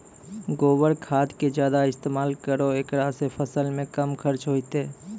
गोबर खाद के ज्यादा इस्तेमाल करौ ऐकरा से फसल मे कम खर्च होईतै?